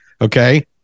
Okay